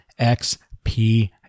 XP